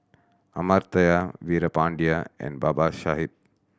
Amartya Veerapandiya and Babasaheb